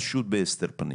פשוט בהסתר פנים.